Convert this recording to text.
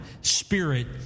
spirit